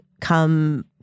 come